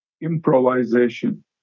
Improvisation